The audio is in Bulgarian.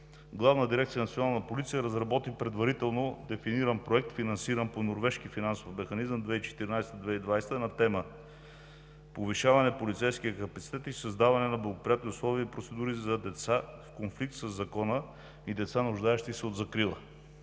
Главна дирекция „Национална полиция“ разработи предварително дефиниран проект, финансиран по Норвежки финансов механизъм 2014 – 2020 г. на тема „Повишаване на полицейския капацитет и създаване на благоприятни условия и процедури за деца в конфликт със закона и деца, нуждаещи се от закрила“.